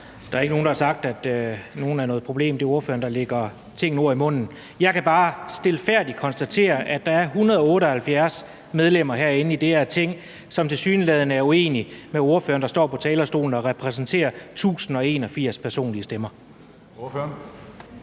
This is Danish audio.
Der er ikke nogen, der har sagt, at der er nogen, der er et problem. Det er ordføreren, der lægger andre ord i munden. Jeg kan bare stilfærdigt konstatere, at der er 178 medlemmer i det her Ting, som tilsyneladende er uenige med ordføreren, der står på talerstolen og repræsenterer 1.081 personlige stemmer.